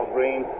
Green